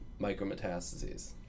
micrometastases